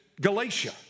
Galatia